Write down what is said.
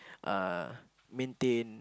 uh maintain